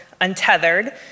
Untethered